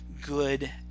good